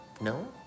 No